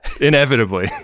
Inevitably